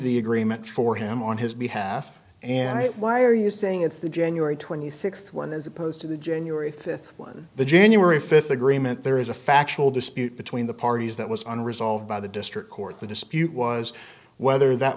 the agreement for him on his behalf and why are you saying if the january twenty fifth one as opposed to the january one the january fifth agreement there is a factual dispute between the parties that was on resolved by the district court the dispute was whether that